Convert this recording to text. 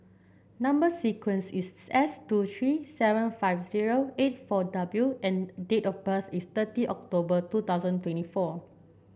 number sequence is S two three seven five zero eight four W and date of birth is thirty October two thousand twenty four